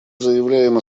заявляем